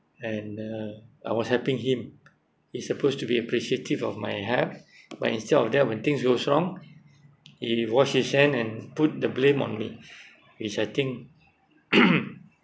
and uh I was helping him he's supposed to be appreciative of my help but instead of that when things go wrong he wash his hand and put the blame on me which I think